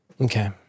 Okay